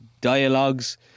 dialogues